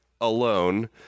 alone